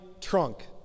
trunk